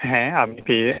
হ্যাঁ আপনি পেয়ে